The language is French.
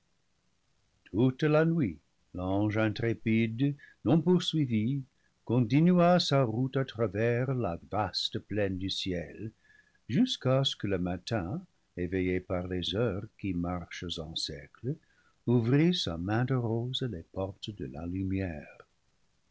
toute la nuit l'ange intrépide non poursuivi continua sa route à travers la vaste plaine du ciel jusqu'à ce que le matin éveillé par les heures qui marchent en cercle ouvrit sa main de rose les portes de la lumière